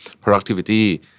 Productivity